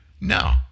No